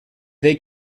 they